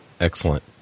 Excellent